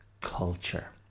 culture